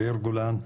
יאיר גולן,